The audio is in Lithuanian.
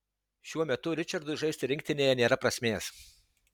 šiuo metu ričardui žaisti rinktinėje nėra prasmės